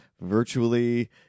virtually